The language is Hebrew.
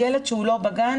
ילד שהוא לא בגן,